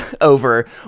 over